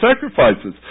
sacrifices